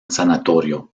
sanatorio